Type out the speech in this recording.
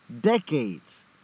decades